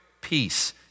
peace